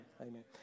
Amen